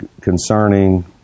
concerning